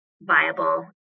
viable